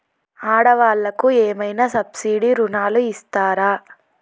ఆడ వాళ్ళకు ఏమైనా సబ్సిడీ రుణాలు ఇస్తారా?